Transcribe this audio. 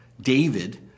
David